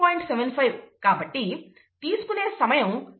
75 కాబట్టి తీసుకునే సమయం 1200015